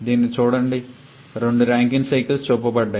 దీన్ని చూడండి రెండు ర్యాంకైన్ సైకిల్స్ చూపబడ్డాయి